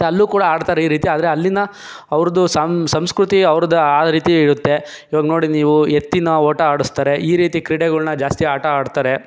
ಅಲ್ಲೂ ಕೂಡ ಆಡ್ತಾರೆ ಈ ರೀತಿ ಆದರೆ ಅಲ್ಲಿನ ಅವ್ರದ್ದು ಸಂಸ್ಕೃತಿ ಅವ್ರದ್ದು ಆ ರೀತಿ ಇರುತ್ತೆ ಇವಾಗ ನೋಡಿ ನೀವು ಎತ್ತಿನ ಓಟ ಆಡಿಸ್ತಾರೆ ಈ ರೀತಿ ಕ್ರೀಡೆಗಳನ್ನ ಜಾಸ್ತಿ ಆಟ ಆಡ್ತಾರೆ